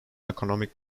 economic